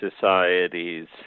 societies